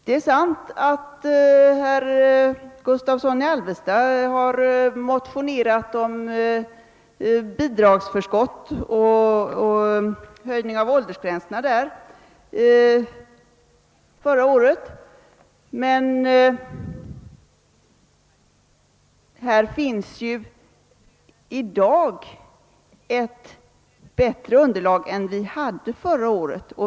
Det är sant att herr Gustavsson i Alvesta förra året motionerade om höjning av åldersgränserna för bidragsförskott, men vi har i dag ett bättre underlag än vi hade förra året.